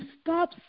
stop